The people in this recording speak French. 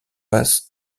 passes